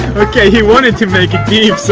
he wanted to make it deep! so